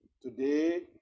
Today